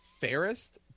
fairest